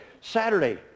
Saturday